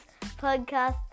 Podcast